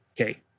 Okay